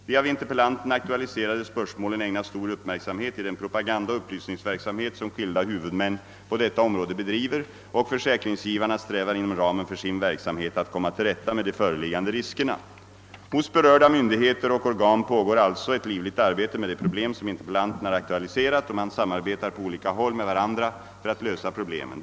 De av interpellanten aktualiserade spörsmålen ägnas stor uppmärksamhet i den propaganda och upplysningsverksamhet som skilda huvudmän på detta område bedriver och försäkringsgivarna strävar inom ramen för sin verksamhet att komma till rätta med de föreliggande riskerna. Hos berörda myndigheter och organ pågår alltså ett livligt arbete med de problem som interpellanten har aktualiserat och man samarbetar på olika håll med varandra för att lösa problemen.